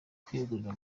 kwiyegurira